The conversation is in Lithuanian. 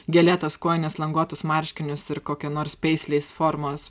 gėlėtas kojines languotus marškinius ir kokia nors pasleys formos